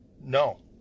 No